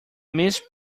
miss